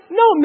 no